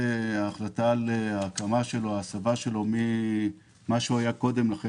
ההחלטה על הקמת הפארק והסבתו ממה שהוא היה קודם לכן,